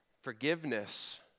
Forgiveness